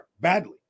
badly